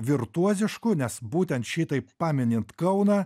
virtuozišku nes būtent šitaip paminint kauną